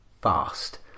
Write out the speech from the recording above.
fast